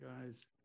Guys